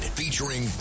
featuring